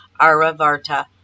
Aravarta